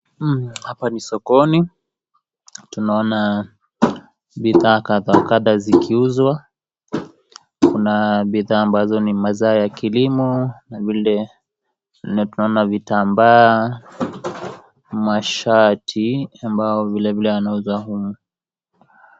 Hapa ni sokoni, na tunaona bidhaa kadha kadha zikiuzwa, kuna bidhaa ambazo ni mazao ya kilimo, na vile tunaona vitambaa, mashati ambayo vile vile wanauza humu.